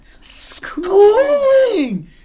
Schooling